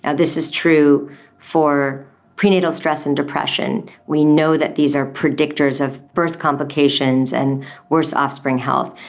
and this is true for prenatal stress and depression. we know that these are predictors of birth complications and worse offspring health.